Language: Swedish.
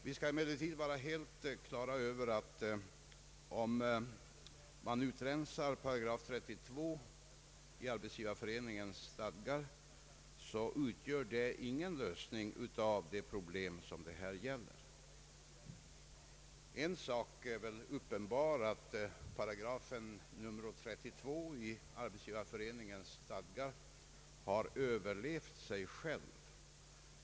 Vi skall emellertid vara helt klara över att om man utrensar § 32 i Arbetsgivareföreningens stadgar, så utgör det ingen lösning av det problem som det här gäller. En sak är väl uppenbar, nämligen att § 32 i Arbetsgivareföreningens stadgar har överlevt sig själv.